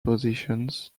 positions